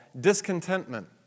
discontentment